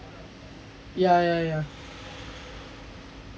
ya ya ya